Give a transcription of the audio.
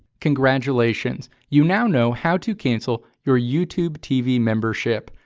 congratulations! you now know how to cancel your youtube tv membership.